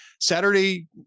Saturday